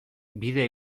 bideoa